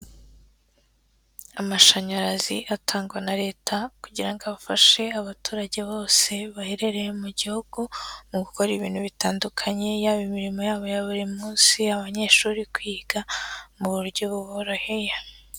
Amashanyarazi atangwa na leta kugira ngo afashe abaturage bose baherereye mu gihugu mu gukora ibintu bitandukanye, yaba imirimo yabo ya buri munsi, abanyeshuri kwiga mu buryo buboroheye.